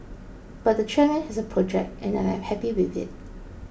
but the chairman has a project and I am happy with it